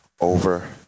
over